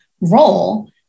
role